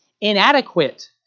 inadequate